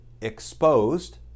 exposed